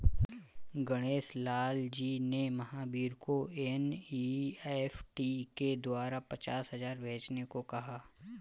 गणेश लाल जी ने महावीर को एन.ई.एफ़.टी के द्वारा पचास हजार भेजने को कहा